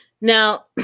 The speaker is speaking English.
Now